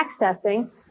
accessing